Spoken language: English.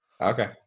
Okay